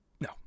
No